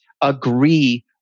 agree